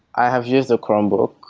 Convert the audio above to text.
i have used a chromebook.